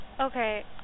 Okay